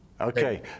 okay